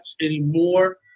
anymore